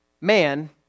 man